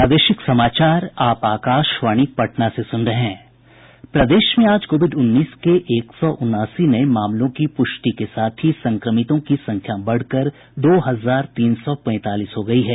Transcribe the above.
प्रदेश में आज कोविड उन्नीस के एक सौ उनासी नये मामलों की पुष्टि के साथ ही संक्रमितों की संख्या बढ़कर कर दो हजार तीन सौ पैंतालीस हो गयी है